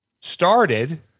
Started